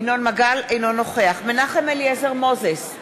אינו נוכח מנחם אליעזר מוזס,